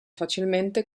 facilmente